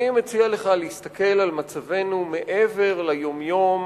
אני מציע לך להסתכל על מצבנו מעבר ליום-יום